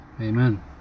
Amen